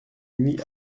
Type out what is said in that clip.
nuit